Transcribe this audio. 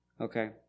Okay